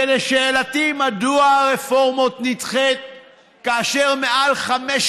ולשאלתי מדוע הרפורמה נדחית כאשר מעל 500